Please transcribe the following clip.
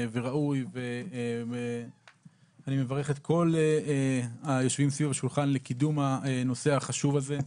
ראוי ואני מברך את כל היושבים סביב השולחן לקידום הנושא החשוב הזה.